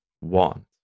want